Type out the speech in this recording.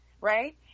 right